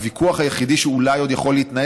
הוויכוח היחיד שאולי עוד יכול להתנהל